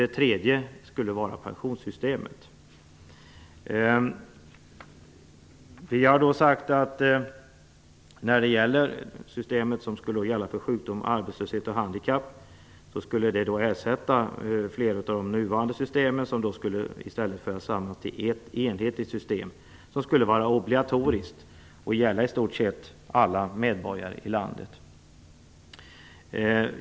Det tredje skulle vara pensionssystemet. Vi har sagt att det system som skulle gälla vid sjukdom, arbetslöshet och handikapp skulle ersätta fler av de nuvarande systemen, som i stället skulle föras samman till ett enhetligt system, vilket skulle vara obligatoriskt och omfattande i stort sett alla medborgare i landet.